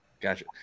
Gotcha